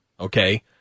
Okay